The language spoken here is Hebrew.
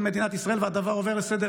מדינת ישראל עוברים על הדבר לסדר-היום.